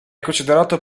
considerato